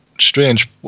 Strange